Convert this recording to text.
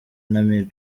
namibie